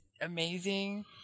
amazing